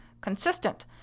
consistent